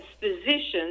physicians